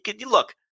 look